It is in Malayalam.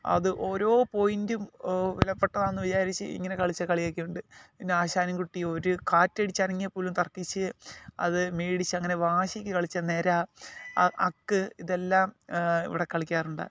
അത് ഓരോ പോയിന്റും വിലപ്പെട്ടതാണെന്ന് വിചാരിച്ച് ഇങ്ങനെ കളിച്ച കളിയൊക്കെ ഉണ്ട് പിന്നെ ആശാനും കുട്ടിയും ഒരു കാറ്റടിച്ചനങ്ങിയാൽ പോലും തർക്കിച്ച് അത് മേടിച്ച് അങ്ങനെ വാശിക്ക് കളിച്ച നിര അക്ക് ഇതെല്ലാം ഇവിടെ കളിക്കാറുണ്ട്